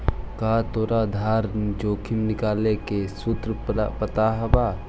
का तोरा आधार जोखिम निकाले के सूत्र पता हवऽ?